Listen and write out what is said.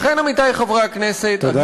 לכן, עמיתי חברי הכנסת, תודה.